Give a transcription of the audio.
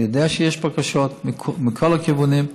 אני יודע שיש בקשות מכל הכיוונים,